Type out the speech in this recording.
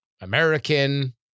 American